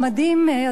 אדוני השר,